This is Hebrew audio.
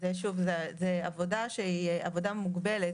זה עבודה שהיא עבודה מוגבלת,